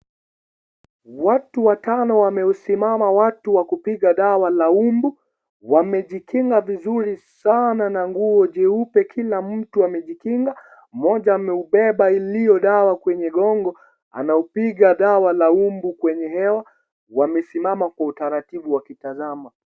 Watu watano wamesimama; watu wa kupiga dawa la mbu, wamejikinga vizuri sana na nguo jeupe kila mtu amejikinga. Mmoja ameubeba iliyo dawa kwenye gongo, anaupiga dawa la mbu kwenye hewa. Wamesimama kwa utaratibu wakitazama.